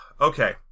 okay